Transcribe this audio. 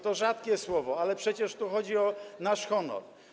To rzadkie słowo, ale przecież tu chodzi o nasz honor.